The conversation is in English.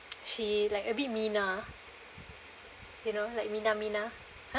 she like a bit mean ah you know like minah minah